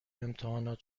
امتحانات